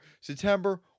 September